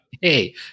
Hey